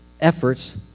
efforts